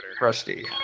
Rusty